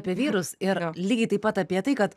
apie vyrus ir lygiai taip pat apie tai kad